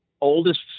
oldest